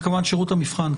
וכמובן את שירות המבחן.